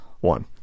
one